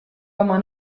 oma